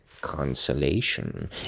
consolation